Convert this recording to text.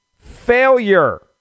failure